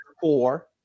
four